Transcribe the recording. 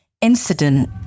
incident